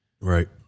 Right